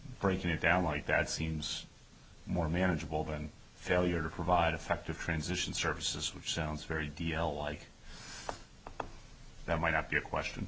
breaking it down like that seems more manageable than failure to provide effective transition services which sounds very deal like that might up your question